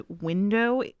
window